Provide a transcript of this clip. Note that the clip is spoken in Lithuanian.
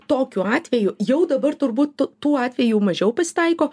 tokiu atveju jau dabar turbūt tų atvejų mažiau pasitaiko